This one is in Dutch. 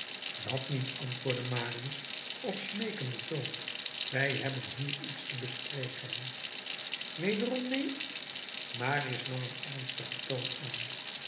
dat niet antwoordde marius op smeekenden toon wij hebben hier iets te bespreken wederom neen marius nam een ernstigen toon aan